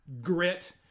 grit